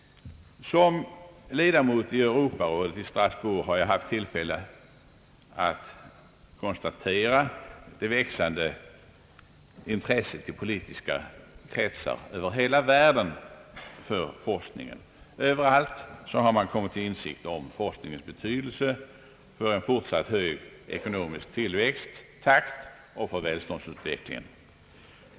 Som ledamot av Europarådet i Strasbourg har jag haft tillfälle att konstatera det växande intresset i politiska kretsar över hela världen för forskningen. Överallt har man kommit till insikt om forskningens betydelse för en fortsatt hög ekonomisk tillväxttakt och för välståndsutvecklingen.